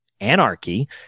anarchy